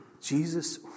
Jesus